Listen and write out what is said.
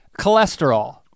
cholesterol